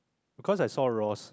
cause I saw Ross